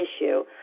issue